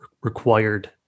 required